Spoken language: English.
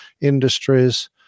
industries